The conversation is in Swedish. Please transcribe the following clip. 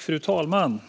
Fru talman!